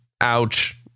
ouch